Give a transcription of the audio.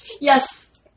Yes